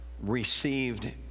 received